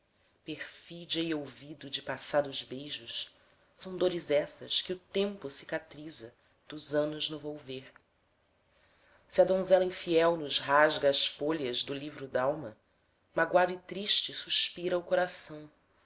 e olvido de passados beijos são dores essas que o tempo cicatriza dos anos no volver se a donzela infiel nos rasga as folhas do livro dalma magoado e triste suspira o coração